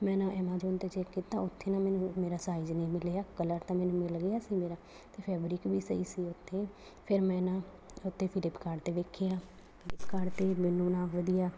ਮੈਂ ਨਾ ਐਨਾਜੋਨ 'ਤੇ ਚੈੱਕ ਕੀਤਾ ਉੱਥੇ ਨਾ ਮੈਨੂੰ ਮੇਰਾ ਸਾਈਜ਼ ਨਹੀਂ ਮਿਲਿਆ ਕਲਰ ਤਾਂ ਮੈਨੂੰ ਮਿਲ ਗਿਆ ਸੀ ਮੇਰਾ ਅਤੇ ਫੈਬਰਿਕ ਵੀ ਸਹੀ ਸੀ ਉੱਥੇ ਫਿਰ ਮੈਂ ਨਾ ਉੱਥੇ ਫਲਿੱਪਕਾਟ 'ਤੇ ਵੇਖੇ ਆ ਫਲਿਪਕਾਟ 'ਤੇ ਮੈਨੂੰ ਨਾ ਵਧੀਆ